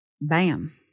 bam